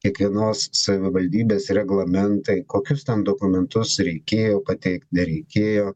kiekvienos savivaldybės reglamentai kokius dokumentus reikėjo pateikt nereikėjo